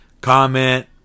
comment